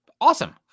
Awesome